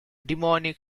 demonic